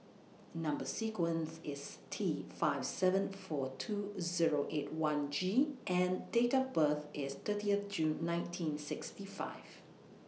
Number sequence IS T five seven four two Zero eight one G and Date of birth IS thirtieth June nineteen sixty five